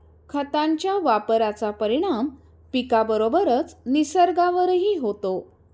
खतांच्या वापराचा परिणाम पिकाबरोबरच निसर्गावरही होतो